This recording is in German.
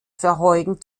verheugen